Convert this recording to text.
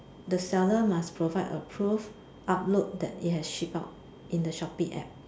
the seller must provide a proof upload that it has ship out in the Shopee App